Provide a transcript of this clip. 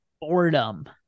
boredom